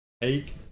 take